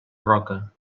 roca